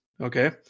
okay